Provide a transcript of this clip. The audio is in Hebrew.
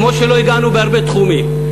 כמו שלא הגענו בהרבה תחומים.